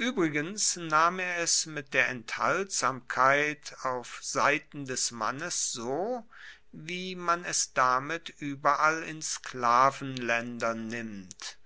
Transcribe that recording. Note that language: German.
uebrigens nahm er es mit der enthaltsamkeit auf seiten des mannes so wie man es damit ueberall in sklavenlaendern nimmt